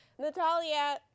Natalia